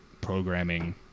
programming